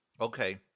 Okay